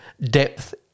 depth